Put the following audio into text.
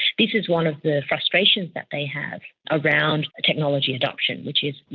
this is one of the frustrations that they have around technology adoption, which is,